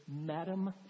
madam